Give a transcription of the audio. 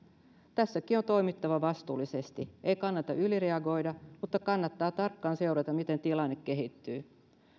tässäkin on toimittava vastuullisesti ei kannata ylireagoida mutta kannattaa tarkkaan seurata miten tilanne kehittyy